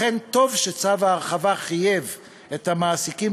לכן טוב שצו ההרחבה חייב את המעסיקים